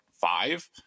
five